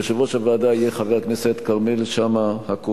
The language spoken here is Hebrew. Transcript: יושב-ראש הוועדה יהיה חבר הכנסת כרמל שאמה-הכהן.